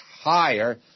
higher